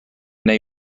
neu